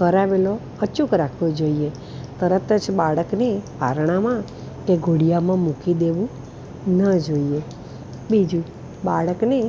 કરાવેલો અચૂક રાખવો જોઈએ તરત જ બાળકને પારણામાં કે ઘોડિયામાં મૂકી દેવું ન જોઈએ બીજું બાળકને